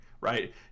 right